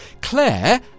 Claire